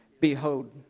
Behold